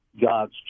God's